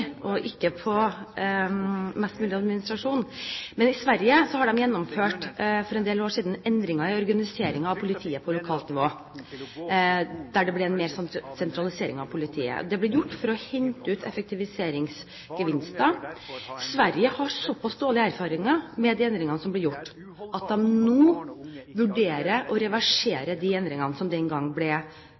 og ikke på mest mulig administrasjon. I Sverige gjennomførte de for en del år siden endringer i organiseringen av politiet på lokalt nivå, der det ble mer sentralisering av politiet. Dette ble gjort for å hente ut effektiviseringsgevinster. Sverige har såpass dårlige erfaringer med de endringene som ble gjort, at de nå vurderer å reversere de endringene som ble foretatt den gang. Den trygghetseffekten som et tilstedeværende og lokalt politi har i lokalsamfunnet, ble